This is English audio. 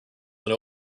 than